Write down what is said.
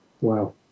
Wow